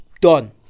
Done